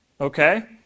Okay